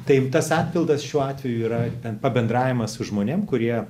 tai tas atpildas šiuo atveju yra ten pabendravimas su žmonėm kurie